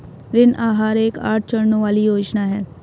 ऋण आहार एक आठ चरणों वाली योजना है